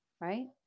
right